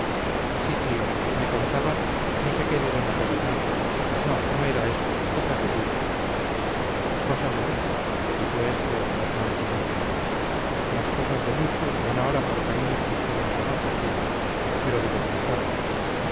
tío me contaba no sé qué de don apolinar no no era eso cosas de luchu cosas de luchu repitió este las manos en la cintura las cosas de luchu van ahora por caminos que usted no conoce tío pero debe conocerlos